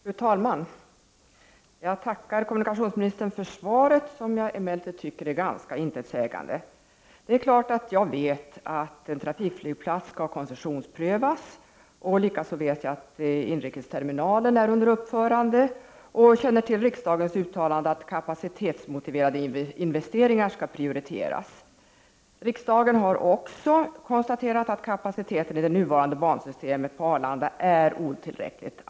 Fru talman! Jag tackar kommunikationsministern för svaret, som jag emellertid tycker är ganska intetsägande. Det är klart att jag vet att en trafikflygplats skall koncenssionsprövas. Likaså vet jag att inrikesterminalen är under uppförande, och jag känner till riksdagens uttalande att kapacitetsmotiverade investeringar skall prioriteras. Riksdagen har också konstaterat att kapaciteten i det nuvarande bansystemet på Arlanda är otillräcklig.